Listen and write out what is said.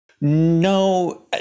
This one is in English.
No